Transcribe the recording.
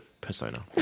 persona